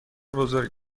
بزرگ